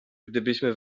gdybyśmy